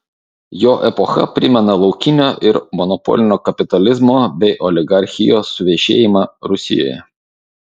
jo epocha primena laukinio ir monopolinio kapitalizmo bei oligarchijos suvešėjimą rusijoje